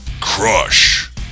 Crush